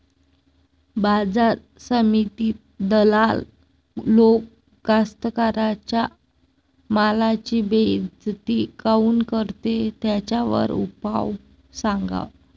बाजार समितीत दलाल लोक कास्ताकाराच्या मालाची बेइज्जती काऊन करते? त्याच्यावर उपाव सांगा